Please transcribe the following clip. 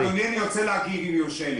אדוני, אני רוצה להגיב, אם יורשה.